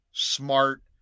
Smart